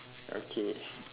okay